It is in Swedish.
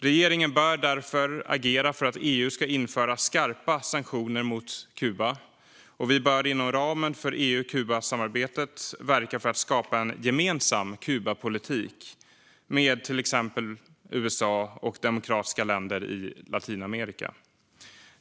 Regeringen bör därför agera för att EU ska införa skarpa sanktioner mot Kuba, och vi bör inom ramen för EU-Kuba-samarbetet verka för att skapa en gemensam Kubapolitik med till exempel USA och demokratiska länder i Latinamerika.